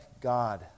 God